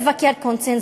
לבקר קונסנזוס,